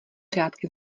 řádky